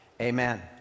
Amen